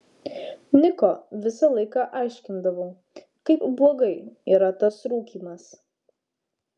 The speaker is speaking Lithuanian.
niko visą laiką aiškindavau kaip blogai yra tas rūkymas